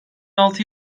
altı